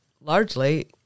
largely